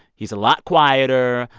he's a lot quieter,